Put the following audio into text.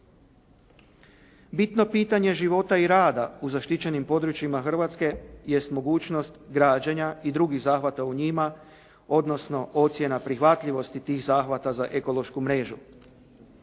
Bitno pitanje života i rada u zaštićenim područjima Hrvatske, jest mogućnost građenja i drugih zahvata u njima, odnosno ocjena prihvatljivosti tih zahvata za ekološku mrežu.